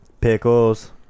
Pickles